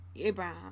Abraham